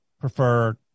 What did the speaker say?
prefer